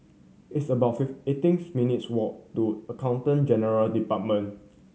it's about fifth eighteen minutes' walk to Accountant General Department